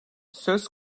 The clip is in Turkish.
söz